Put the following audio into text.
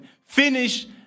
Finish